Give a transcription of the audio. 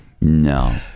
No